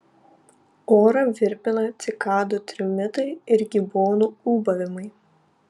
orą virpina cikadų trimitai ir gibonų ūbavimai